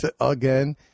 again